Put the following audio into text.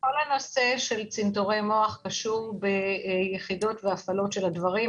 כל הנשא של צנתור מוח קשור ביחידות והפעלות של הדברים,